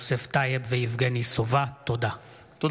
יוסף טייב ויבגני סובה בנושא: מציאת פתרונות תעסוקה למפונים.